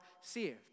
saved